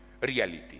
reality